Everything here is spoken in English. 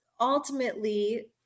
ultimately